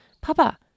Papa